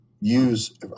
use